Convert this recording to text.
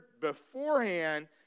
beforehand